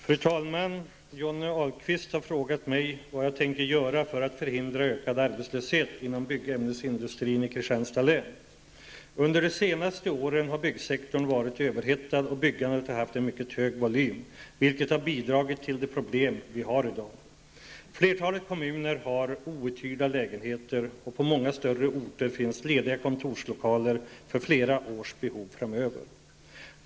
Fru talman! Johnny Ahlqvist har frågat mig vad jag tänker göra för att förhindra ökad arbetslöshet inom byggämnesindustrin i Kristianstads län. Under de senaste åren har byggsektorn varit överhettad och byggandet har haft en mycket hög volym, vilket har bidragit till de problem vi har i dag. Flertalet kommuner har outhyrda lägenheter, och på många större orter finns lediga kontorslokaler för flera års behov framöver.